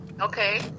okay